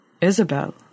Isabel